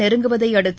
நெருங்குவதைஅடுத்து